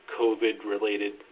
COVID-related